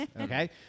Okay